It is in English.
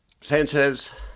Sanchez